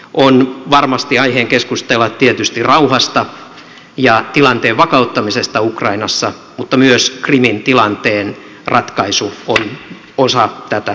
on varmasti aihetta keskustella tietysti rauhasta ja tilanteen vakauttamisesta ukrainassa mutta myös krimin tilanteen ratkaisu on osa tätä kokonaisuutta